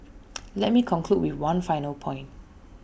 let me conclude with one final point